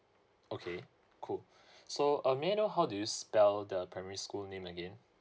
okay cool so um may I know how do you spell the primary school name again